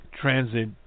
transit